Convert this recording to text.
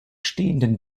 stehenden